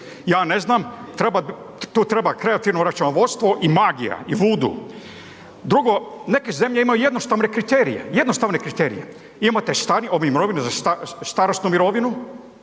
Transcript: Ja ne znam, treba, tu treba kreativno računovodstvo i magija i vudu. Drugo, neke zemlje imaju jednostavne kriterije, jednostavne kriterije. Imate starije, ovi mirovinu za, starosnu mirovinu,